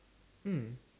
mm